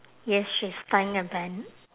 yes she's tying a bun